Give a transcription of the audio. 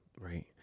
Right